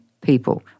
people